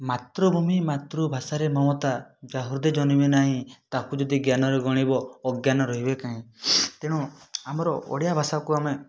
ମାତୃଭୂମି ମାତୃଭାଷାରେ ମମତା ଯାହା ହୃଦେ ଜନମି ନାହିଁ ତାକୁ ଯଦି ଜ୍ଞାନରେ ଗଣିବ ଅଜ୍ଞାନ ରହିବେ କାହିଁ ତେଣୁ ଆମର ଓଡ଼ିଆଭାଷାକୁ ଆମେ